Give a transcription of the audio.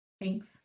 Thanks